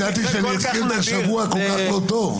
לא ידעתי שאני אתחיל את השבוע כל כך לא טוב.